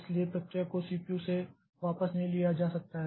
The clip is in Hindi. इसलिए प्रक्रिया को CPU से वापस नहीं लिया जा सकता है